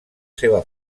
seva